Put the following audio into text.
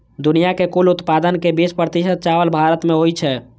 दुनिया के कुल उत्पादन के बीस प्रतिशत चावल भारत मे होइ छै